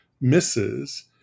misses